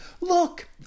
Look